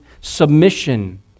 submission